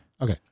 Okay